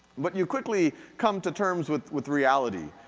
but you quickly come to terms with with reality.